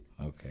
Okay